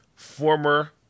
Former